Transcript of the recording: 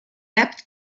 leapt